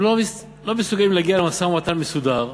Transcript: הם לא מסוגלים להגיע למשא-ומתן מסודר,